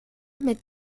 mit